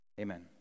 amen